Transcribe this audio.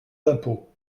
d’impôts